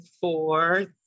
four